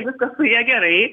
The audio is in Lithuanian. viskas su ja gerai